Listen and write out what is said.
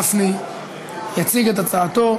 ואת סגן שר האוצר,